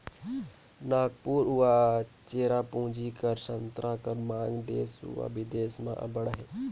नांगपुर अउ चेरापूंजी कर संतरा कर मांग देस अउ बिदेस में अब्बड़ अहे